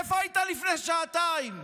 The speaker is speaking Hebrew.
איפה היית לפני שעתיים?